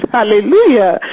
Hallelujah